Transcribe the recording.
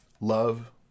love